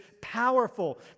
powerful